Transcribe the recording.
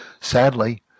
Sadly